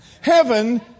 Heaven